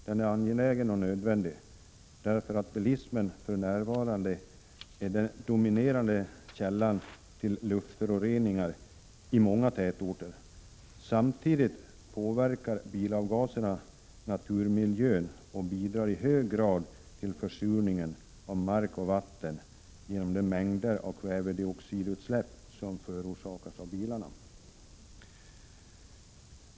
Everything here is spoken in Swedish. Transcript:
Den är angelägen och nödvändig, därför att bilismen för närvarande är den dominerande källan till luftföroreningar i många tätorter. Samtidigt påverkar bilavgaserna naturmiljön och bidrar i hög grad till försurningen av mark och vatten genom de mängder av kväveoxidutsläpp som förorsakas av bilarna.